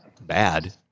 bad